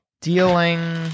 dealing